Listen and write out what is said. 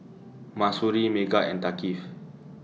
Mahsuri Megat and Thaqif